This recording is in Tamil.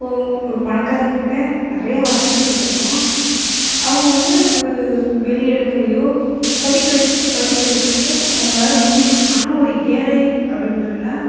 இப்போது ஒரு பணக்காரங்கக்கிட்ட நிறையா வசதிகள் இருக்கும் அவங்க வந்து ஒரு வெளி எடத்திலயோ படிக்க வை படிக்க வைக்க அவங்களால முடியும் ஆனால் ஒரு ஏழை அப்படீன்றதுனா